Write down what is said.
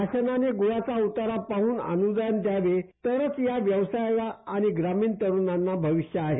शासनाने गुळाचा उतारा पाहून अनुदान द्यावे तर या व्यवसायाला आणि ग्रामीण तरुणांना भविष्य आहे